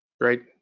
Great